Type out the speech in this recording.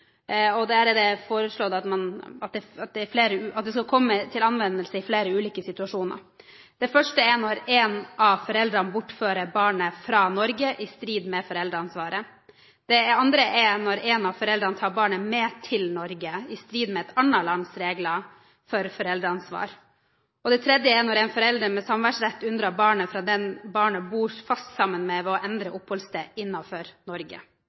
og der er det foreslått at dette skal komme til anvendelse i flere ulike situasjoner. Den første er når en av foreldrene bortfører barnet fra Norge i strid med foreldreansvaret. Den andre er når en av foreldrene tar barnet med til Norge i strid med andre lands regler for foreldreansvar. Den tredje er når en forelder med samværsrett unndrar barnet fra den barnet bor fast sammen med, ved å endre oppholdssted innenfor Norge.